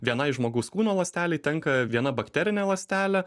vienai žmogaus kūno ląstelei tenka viena bakterinė ląstelė